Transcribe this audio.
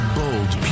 bold